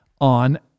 on